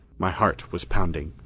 my heart was pounding.